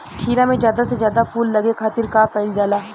खीरा मे ज्यादा से ज्यादा फूल लगे खातीर का कईल जाला?